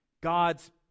God's